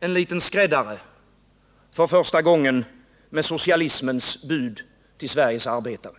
en liten skräddare för första gången med socialismens bud till Sveriges arbetare.